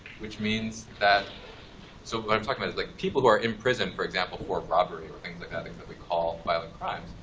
which means that so what i'm talking is like people who are in prison, for example, for robbery, or things like that, things that we call violent crimes.